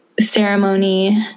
ceremony